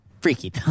freaky